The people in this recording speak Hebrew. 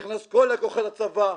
שנכנס הצבא,